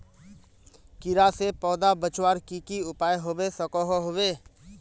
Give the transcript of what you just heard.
कीड़ा से पौधा बचवार की की उपाय होबे सकोहो होबे?